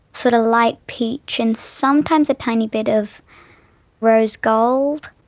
sort of light peach, and sometimes a tiny bit of rose gold.